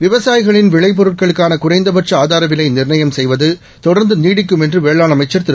விவசாயிகளின்விளைபொருட்களுக்கானகுறைந்தபட்சஆதா ரவிலைநிர்ணயம்செய்வது தொடர்ந்துநீடிக்கும்என்றுவேளாண்அமைச்சர்திரு